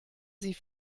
sie